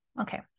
Okay